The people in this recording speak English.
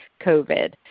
COVID